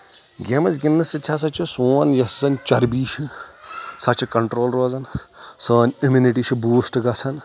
games گِنٛدنہٕ سۭتۍ ہَسا چھُ سون یۄس زَن چربی چھِ سۄ چھِ کَنٹرول روزَان سٲنۍ اِمینِٹی چھِ بوٗسٹ گژھان